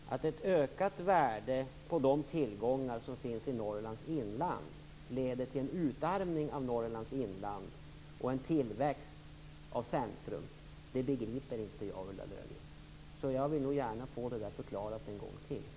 Fru talman! Jag har litet svårt att följa Ulla Löfgrens resonemang. Att ett ökat värde på de tillgångar som finns i Norrlands inland leder till en utarmning av Norrlands inland och en tillväxt av centrum begriper inte jag, Ulla Löfgren. Jag vill nog gärna få det förklarat en gång till.